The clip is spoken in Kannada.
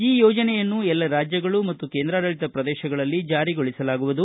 ಈ ಯೋಜನೆಯನ್ನು ಎಲ್ಲ ರಾಜ್ಯಗಳು ಮತ್ತು ಕೇಂದ್ರಾಡಳಿತ ಪ್ರದೇಶಗಳಲ್ಲಿ ಜಾರಿಗೊಳಿಸಲಾಗುವುದು